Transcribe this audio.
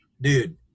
dude